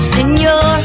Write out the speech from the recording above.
Senor